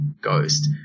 ghost